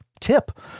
tip